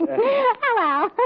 Hello